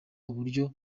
uburyo